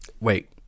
Wait